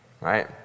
Right